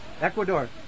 Ecuador